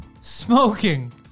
Smoking